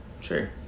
Sure